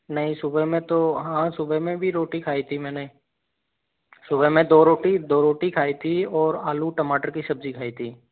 नहीं सुबह में तो हाँ सुबह में भी रोटी खाई थी मैंने सुबह में दो रोटी दो रोटी खाई थी और आलू टमाटर की सब्जी खाई थी